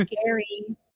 scary